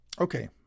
Okay